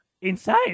insane